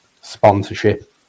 sponsorship